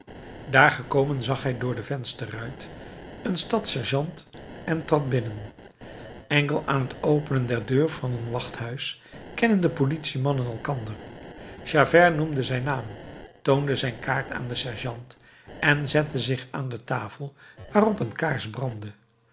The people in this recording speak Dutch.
daar gekomen zag hij door de vensterruit een stadssergeant en trad binnen enkel aan t openen der deur van een wachthuis kennen de politiemannen elkander javert noemde zijn naam toonde zijn kaart aan den sergeant en zette zich aan de tafel waarop een kaars brandde